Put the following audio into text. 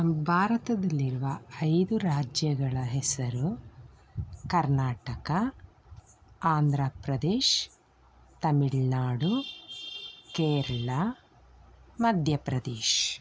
ಭಾರತದಲ್ಲಿರುವ ಐದು ರಾಜ್ಯಗಳ ಹೆಸರು ಕರ್ನಾಟಕ ಆಂಧ್ರ ಪ್ರದೇಶ್ ತಮಿಳ್ ನಾಡು ಕೇರಳ ಮಧ್ಯ ಪ್ರದೇಶ್